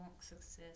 success